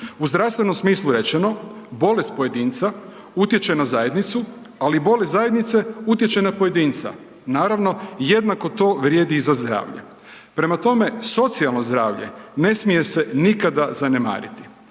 U zdravstvenom smislu rečeno bolest pojedinca utječe na zajednicu, ali i bolest zajednice utječe na pojedinca, naravno jednako to vrijedi i za zdravlje. Prema tome, socijalno zdravlje ne smije se nikada zanemariti.